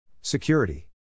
Security